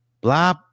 blah